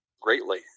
greatly